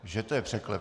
Že to je překlep?